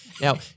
Now